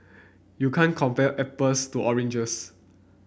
you can't compare apples to oranges